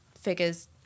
figures